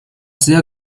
sehr